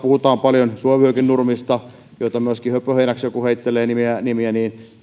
puhutaan paljon suojavyöhykenurmista joita myöskin höpöheinäksi joku heittelee nimiä mutta nämä